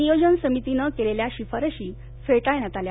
नियोजन समितीनं केलेल्या शिफारशी फेटाळण्यात आल्या